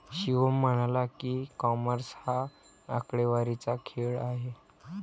शिवम म्हणाला की, कॉमर्स हा आकडेवारीचा खेळ आहे